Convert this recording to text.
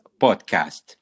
podcast